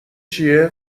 چیه